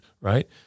right